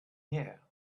here